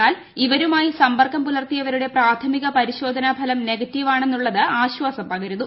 എന്നാൽ ഇവരുമായി സമ്പർക്കം പുലർത്തിയവരുടെ പ്രാഥമിക പരിശോധനാ ഫലം നെഗറ്റീവാണെന്നുള്ളത് ആശ്വാസം പകരുന്നു